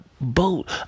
boat